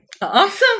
Awesome